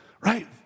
Right